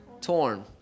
Torn